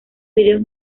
vídeos